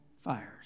fires